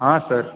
हाँ सर